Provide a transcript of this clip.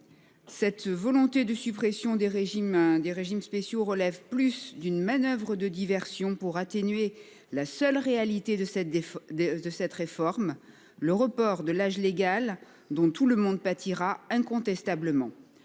cette volonté de suppression des régimes spéciaux s'apparente plutôt à une manoeuvre de diversion pour atténuer la seule réalité de cette réforme : le report de l'âge légal, dont tout le monde pâtira incontestablement.